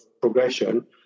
progression